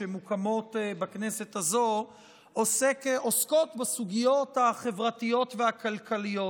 שמוקמות בכנסת הזו עוסקות בסוגיות החברתיות והכלכליות,